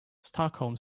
stockholm